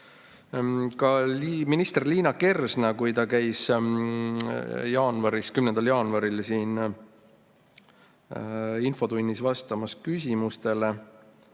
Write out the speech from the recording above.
Ka minister Liina Kersna, kui ta käis 10. jaanuaril infotunnis küsimustele